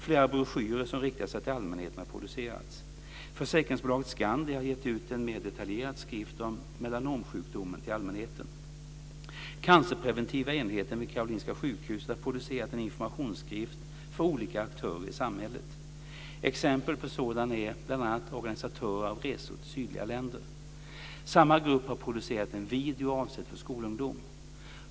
Flera broschyrer som riktar sig till allmänheten har producerats. Försäkringsbolaget Skandia har givit ut en mer detaljerad skrift om melanomsjukdomen till allmänheten. Cancerpreventiva enheten vid Karolinska sjukhuset har producerat en informationsskrift för olika aktörer i samhället. Exempel på sådana är bl.a. organisatörer av resor till sydliga länder. Samma grupp har producerat en video avsedd för skolungdom.